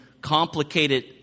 complicated